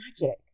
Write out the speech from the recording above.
magic